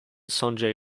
sanjay